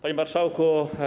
Panie Marszałku!